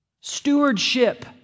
stewardship